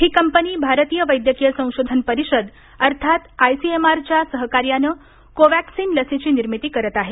ही company भारतीय वैद्यकीय संशोधन परिषद अर्थात आयसीएमआर च्या सहकार्यानं कोवॅक्सीन लसीची निर्मिती करत आहे